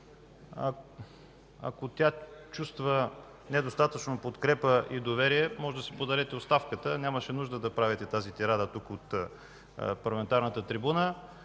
Ако Вие чувствате недостатъчно подкрепа и доверие, може да си подадете оставката, нямаше нужда да правите тази тирада тук от парламентарната трибуна.